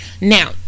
Now